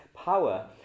power